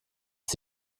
ist